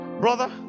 Brother